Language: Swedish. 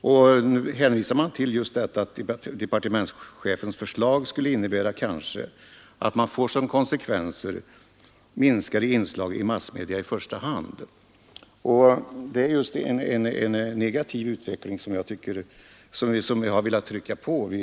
och man hänvisar till att departementschefens förslag kanske skulle innebära minskade inslag i massmedia i första hand. Detta är i så fall en negativ utveckling, som jag här vill peka på.